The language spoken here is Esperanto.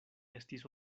estis